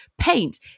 paint